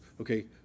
okay